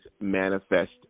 manifest